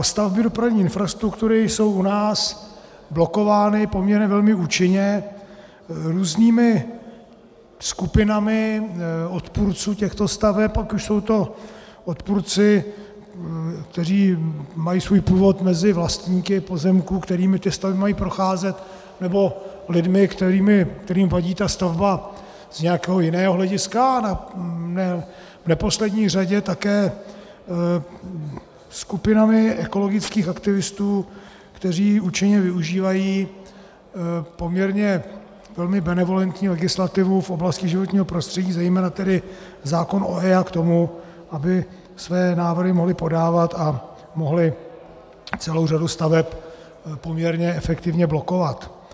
Stavby dopravní infrastruktury jsou u nás blokovány poměrně velmi účinně různými skupinami odpůrců těchto staveb, ať už jsou to odpůrci, kteří mají svůj původ mezi vlastníky pozemků, kterými ty stavby mají procházet, nebo lidmi, kterým vadí ta stavba z nějakého jiného hlediska, v neposlední řadě také skupinami ekologických aktivistů, kteří účinně využívají poměrně velmi benevolentní legislativu v oblasti životního prostředí, zejména tedy zákon o EIA, k tomu, aby své návrhy mohli podávat a mohli celou řadu staveb poměrně efektivně blokovat.